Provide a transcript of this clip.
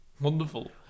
Wonderful